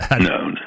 No